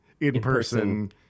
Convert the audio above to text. in-person